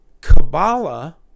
Kabbalah